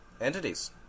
entities